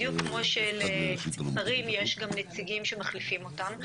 בדיוק כמו שלשרים יש גם נציגים שמחליפים כאן,